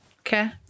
Okay